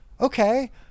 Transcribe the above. okay